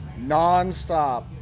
nonstop